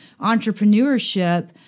entrepreneurship